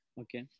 Okay